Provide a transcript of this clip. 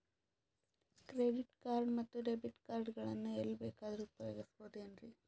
Credit card ಮತ್ತು debit card ಗಳನ್ನು ಎಲ್ಲಿ ಬೇಕಾದ್ರು ಉಪಯೋಗಿಸಬಹುದೇನ್ರಿ?